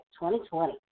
2020